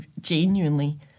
genuinely